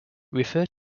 refer